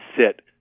sit